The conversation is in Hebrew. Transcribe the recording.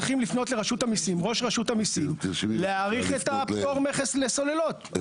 צריכים לפנות לראש רשות המיסים להאריך את הפטור ממכס לסוללות,